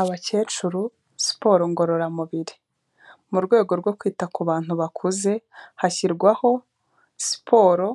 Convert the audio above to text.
Abakecuru siporo ngororamubiri. Mu rwego rwo kwita ku bantu bakuze, hashyirwaho siporo